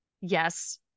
Yes